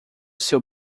seu